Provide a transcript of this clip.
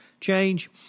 change